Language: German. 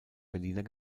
berliner